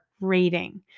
Rating